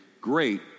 great